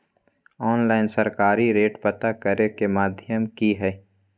Online सरकारी rate पता करे के माध्यम की हय?